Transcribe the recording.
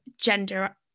gender